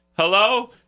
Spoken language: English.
Hello